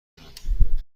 کنم